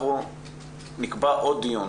אנחנו נקבע עוד דיון